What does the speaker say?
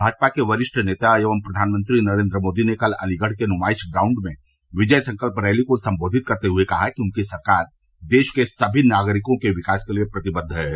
भाजपा के वरिष्ठ नेता एवं प्रधानमंत्री नरेन्द्र मोदी ने कल अलीगढ़ के नुमाइश ग्राउंड में विजय संकल्प रैली को सम्बोधित करते हुए कहा कि उनकी सरकार देश के सभी नागरिकों के विकास के लिए प्रतिबद्ध है